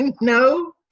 No